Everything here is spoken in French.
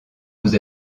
vous